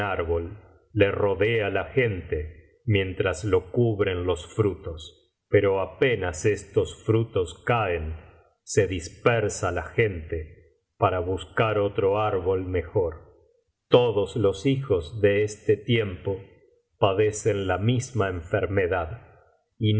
le rodea la gente mientras lo cubren los frutos pero apenas estos frutos caen se dispersa la gente para buscar otro árbol mejor todos los hijos de este tiempo padecen la misma enfermedad